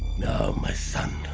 my son